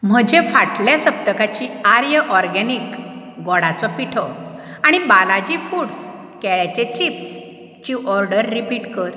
म्हजे फाटले सप्तकाची आर्य ऑरगॅनीक गोडाचो पिठो आनी बालाजी फुड्स केळ्याचे चिप्सची ऑडर रिपीट कर